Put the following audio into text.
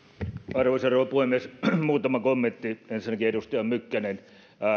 arvoisa rouva puhemies muutama kommentti ensinnäkin edustaja mykkänen